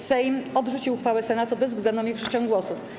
Sejm odrzucił uchwałę Senatu bezwzględną większością głosów.